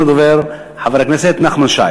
30, 48, 51, 64 ו-66.